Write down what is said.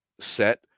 set